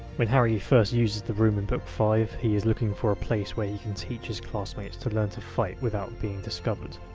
when harry first uses the room in book five he is looking for a place where he can teach his classmates to learn to fight without being discovered.